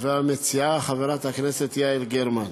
והמציעה חברת הכנסת יעל גרמן,